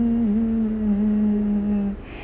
mm mm mm